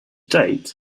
date